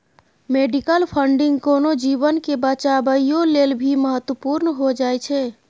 medical funding कोनो जीवन के बचाबइयो लेल भी महत्वपूर्ण हो जाइ छइ